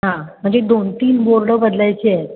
हां म्हणजे दोन तीन बोर्डं बदलायचे आहेत